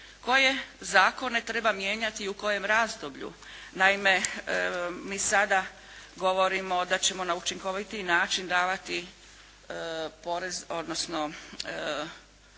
Koje zakone treba mijenjati i u kojem razdoblju? Naime, mi sada govorimo da ćemo na učinkovitiji način davati porez, odnosno